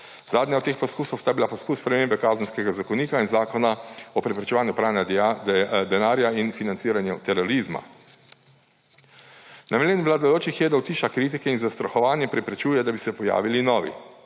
Zadnja od teh poskusov sta bila poskus spremembe Kazenskega zakonika in Zakona o preprečevanju pranja denarja in financiranja terorizma. Namen vladajočih je, da utiša kritike in z zastrahovanjem preprečuje, da bi se pojavili novi.